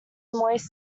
moist